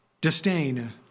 disdain